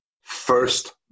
first